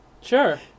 Sure